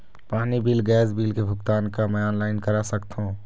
पानी bill gas bill के भुगतान का मैं ऑनलाइन करा सकथों?